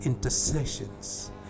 intercessions